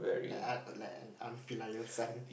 like I like unfit lah you say